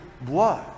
blood